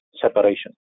separation